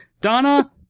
Donna